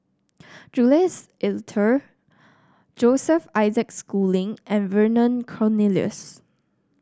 Jules Itier Joseph Isaac Schooling and Vernon Cornelius